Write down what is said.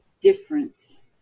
difference